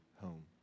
home